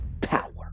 power